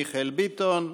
מיכאל ביטון,